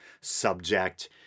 subject